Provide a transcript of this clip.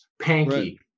Panky